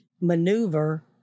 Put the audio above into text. maneuver